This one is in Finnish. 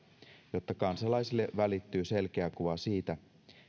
jotta kansalaisille välittyy selkeä kuva siitä